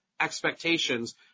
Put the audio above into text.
expectations